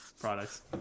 products